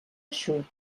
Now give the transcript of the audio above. eixut